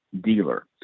dealer